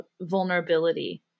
vulnerability